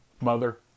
mother